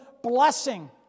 blessing